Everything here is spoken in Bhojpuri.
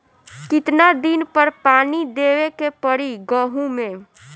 कितना दिन पर पानी देवे के पड़ी गहु में?